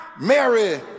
Mary